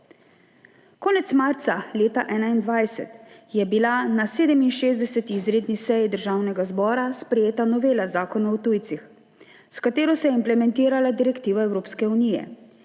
Konec marca leta 2021 je bila na 67. izredni seji Državnega zbora sprejeta novela Zakona o tujcih, s katero se je implementirala direktiva Evropske unije,